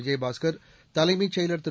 விஜயபாஸ்கர் தலைமைச் செயலாளர் திரு